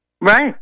Right